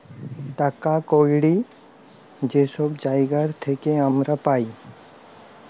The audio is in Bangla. টাকা কড়হি যে ছব জায়গার থ্যাইকে আমরা পাই